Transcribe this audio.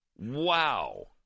Wow